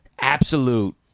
absolute